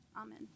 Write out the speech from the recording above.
Amen